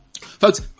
Folks